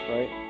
Right